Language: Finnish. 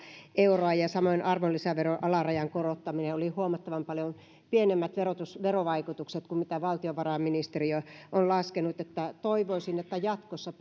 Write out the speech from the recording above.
euroa ja samoin arvonlisäveron alarajan korottamisella oli huomattavan paljon pienemmät verovaikutukset kuin mitä valtiovarainministeriö on laskenut toivoisinkin että jatkossa